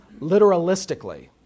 literalistically